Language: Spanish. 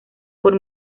por